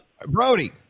Brody